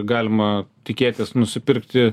galima tikėtis nusipirkti